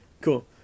Cool